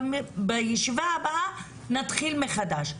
ובישיבה הבאה נתחיל מחדש.